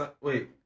Wait